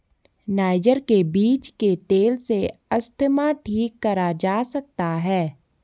niger के बीज के तेल से अस्थमा ठीक करा जा सकता है